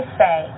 say